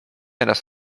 ennast